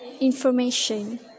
information